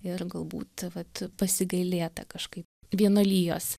ir galbūt vat pasigailėta kažkaip vienuolijos